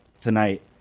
tonight